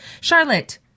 Charlotte